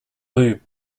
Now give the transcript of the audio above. rue